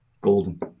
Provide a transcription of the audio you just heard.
golden